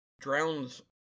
drowns